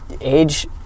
age